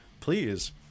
Please